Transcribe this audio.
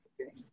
okay